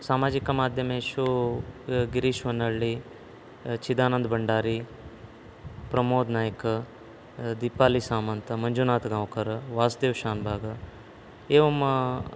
सामाजिकमाध्यमेषु गिरीश्वनल्लि चिदानन्द भण्डारि प्रमोद् नायक् दीपालिसामन्त् मञ्जिनाथगांव्कर् वासुदेव शान्भाग एवं